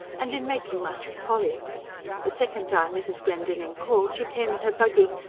and in making much of polly the second time mrs. glendinning called she came in her buggy,